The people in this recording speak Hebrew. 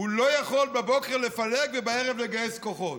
לא יכול בבוקר לפלג, ובערב לגייס כוחות.